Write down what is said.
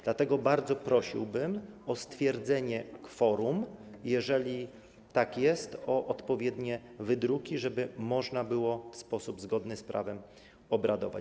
Dlatego bardzo prosiłbym o stwierdzenie kworum, a jeżeli tak jest, o odpowiednie wydruki, żeby można było w sposób zgodny z prawem obradować.